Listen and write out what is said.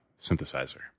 synthesizer